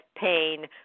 pain